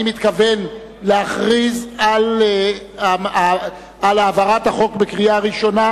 אני מתכוון להכריז על העברת החוק בקריאה ראשונה